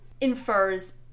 infers